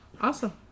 Awesome